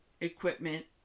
equipment